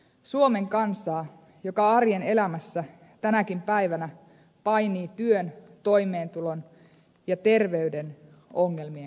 suomen kansaa joka arjen elämässä tänäkin päivänä painii työn toimeentulon ja terveyden ongelmien kanssa